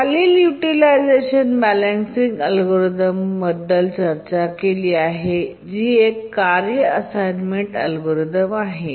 खाली utilisation balancing algorithm बद्दल चर्चा आहे जी एक कार्य असाइनमेंट अल्गोरिदम आहे